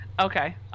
Okay